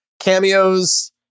cameos